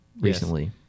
recently